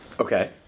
Okay